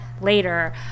Later